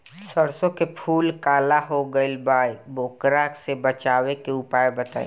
सरसों के फूल काला हो गएल बा वोकरा से बचाव के उपाय बताई?